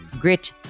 Grit